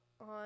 on